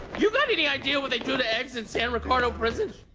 you got any idea what they do to eggs in san ricardo prison?